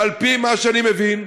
ועל-פי מה שאני מבין,